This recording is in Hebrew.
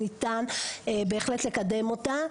ניתן בהחלט לקדם אותה.